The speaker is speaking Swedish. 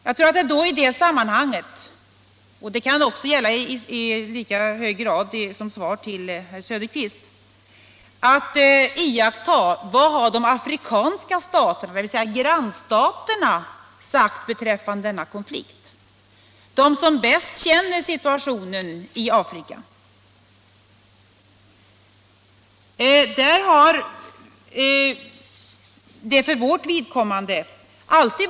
Jag tror att det i det sammanhanget — och det kan också gälla i lika hög grad som svar till herr Söderqvist — är väsentligt att iaktta vad de afrikanska staterna, dvs. grannstaterna, de som bäst känner situationen i Afrika, sagt beträffande denna konflikt.